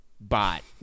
bot